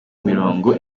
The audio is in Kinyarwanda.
mirongo